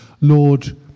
lord